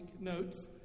notes